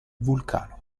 vulcano